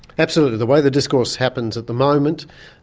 absolutely, the way the discourse happens at the moment,